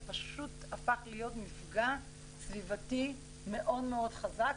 זה פשוט הפך להיות מפגע סביבתי מאוד מאוד חזק,